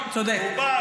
צודק,